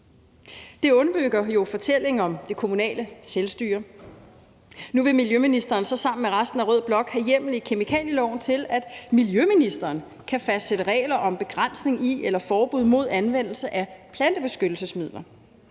Det underbygger fortællingen om det kommunale selvstyre. Nu vil miljøministeren så sammen med resten af rød blok have hjemmel i kemikalieloven til, at miljøministeren kan fastsætte regler om begrænsning i eller forbud mod anvendelse af plantebeskyttelsesmidler.